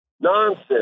nonsense